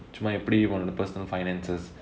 சும்மா எப்படி ஒன்னோட:chumma eppadi onnoda personal finances